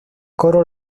coro